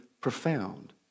profound